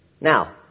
Now